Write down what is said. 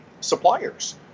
suppliers